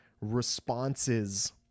responses